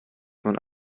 man